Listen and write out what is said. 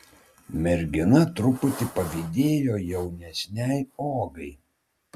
mergina truputį pavydėjo jaunesnei ogai